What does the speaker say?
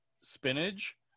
spinach